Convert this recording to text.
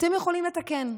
ואתם יכולים לתקן,